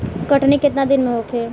कटनी केतना दिन में होखे?